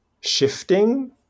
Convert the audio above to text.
shifting